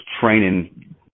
training